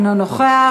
אינו נוכח,